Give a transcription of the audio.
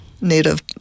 native